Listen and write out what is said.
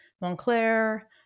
Montclair